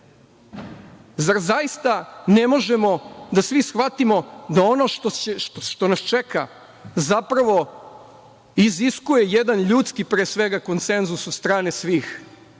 Zar zaista ne možemo da svi shvatimo da ono što nas čeka zapravo iziskuje jedan ljudski, pre svega, konsenzus od strane svih.